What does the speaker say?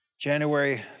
January